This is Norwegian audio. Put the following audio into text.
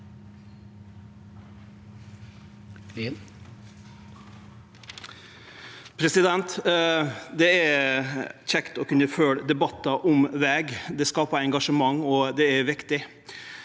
Det er kjekt å kunne følgje debattar om veg. Det skapar engasjement, og det er viktig.